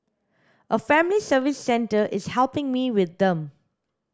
a family service centre is helping me with them